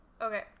Okay